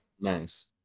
nice